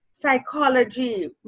psychology